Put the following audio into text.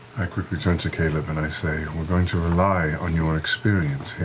i quickly turn to caleb and i say we're going to rely on your experience here.